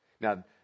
Now